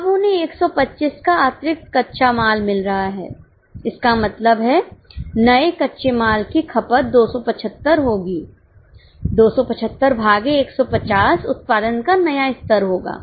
अब उन्हें 125 का अतिरिक्त कच्चा माल मिल रहा है इसका मतलब है नए कच्चे माल की खपत 275 होगी 275 भागे 150 उत्पादन का नया स्तर होगा